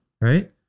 right